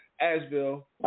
Asheville